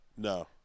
No